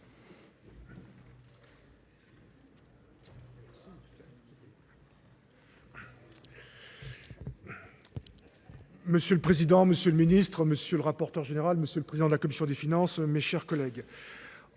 Monsieur le Président, Monsieur le Ministre, Monsieur le rapporteur général, Monsieur le Président de la Commission des Finances, mes chers collègues.